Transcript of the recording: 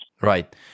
Right